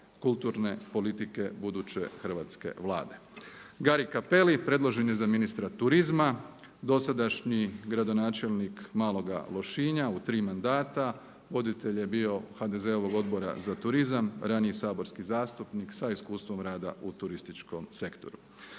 kulturne politike buduće hrvatske Vlade. Gari Cappelli predložen je za ministra turizma. Dosadašnji gradonačelnik Maloga Lošinja u tri mandata. Voditelj je bio HDZ-ovog Odbora za turizam, raniji saborski zastupnik sa iskustvom rada u turističkom sektoru.